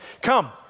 Come